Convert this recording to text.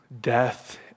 death